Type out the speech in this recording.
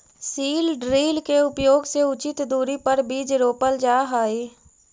seed drill के उपयोग से उचित दूरी पर बीज रोपल जा हई